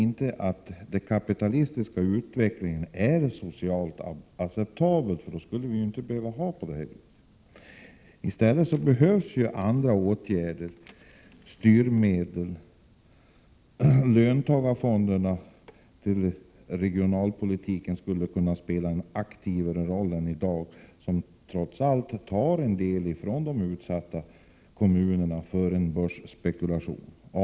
Därför kan den kapitalistiska utvecklingen ju inte anses vara socialt acceptabel, för då hade vi inte behövt göra dessa satsningar. Det är egentligen andra åtgärder och styrmedel som behövs. Löntagarfonderna skulle kunna spela en aktivare roll i regionalpolitiken än vad de gör i dag. Dessa fonder tar ju trots allt en del från de utsatta kommunerna för att spekulera med på börsen.